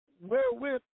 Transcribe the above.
wherewith